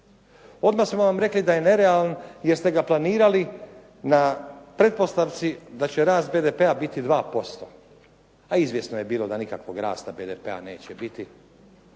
Odmah smo vam rekli da je nerealan jer ste ga planirali na pretpostavci da će rast BDP-a biti 2%. A izvjesno je bilo da nikakvoga rasta BDP-a neće biti